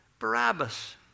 Barabbas